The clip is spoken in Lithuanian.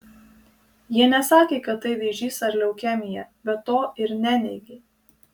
jie nesakė kad tai vėžys ar leukemija bet to ir neneigė